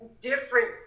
different